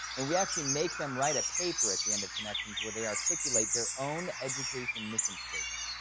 and we actually make them write a paper at the end of connections where they articulate their own education mission statement.